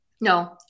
No